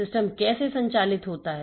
system कैसे संचालित होता है